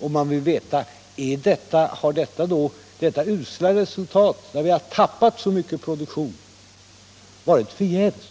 Och man frågar sig om detta usla resultat, när vi har tappat så mycket produktion, har varit förgäves,